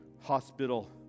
hospital